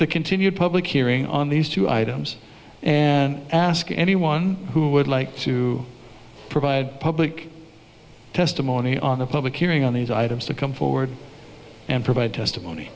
the continued public hearing on these two items and ask anyone who would like to provide public testimony on a public hearing on these items to come forward and provide testimony